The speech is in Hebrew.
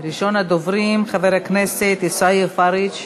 ראשון הדוברים, חבר הכנסת עיסאווי פריג'.